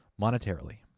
monetarily